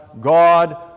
God